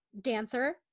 dancer